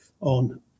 on